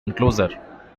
enclosure